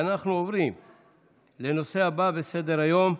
אנחנו עוברים לנושא הבא בסדר-היום,